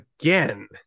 again